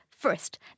First